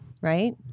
right